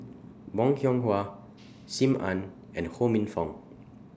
Bong Hiong Hwa SIM Ann and Ho Minfong